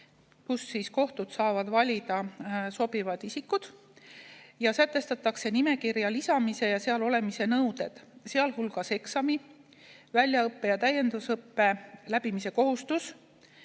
kust kohtud saavad valida sobivad isikud. Sätestatakse nimekirja lisamise ja seal olemise nõuded, sealhulgas eksami, väljaõppe ja täiendusõppe läbimise kohustus,